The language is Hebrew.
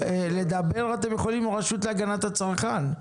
לדבר אתם יכולים עם הרשות להגנת הצרכן,